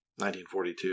1942